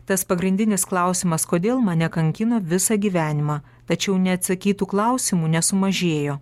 tas pagrindinis klausimas kodėl mane kankina visą gyvenimą tačiau neatsakytų klausimų nesumažėjo